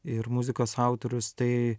ir muzikos autorius tai